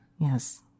Yes